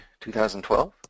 2012